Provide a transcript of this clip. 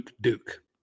duke